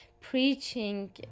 preaching